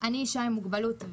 אני אישה עם מוגבלות,